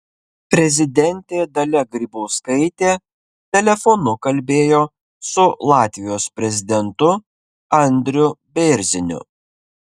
prezidentė dalia grybauskaitė telefonu kalbėjo su latvijos prezidentu andriu bėrziniu